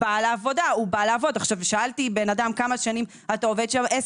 ראינו שכמעט לא נבנים מגרשים לחברה הערבית סתם כי הם לא עושים את כל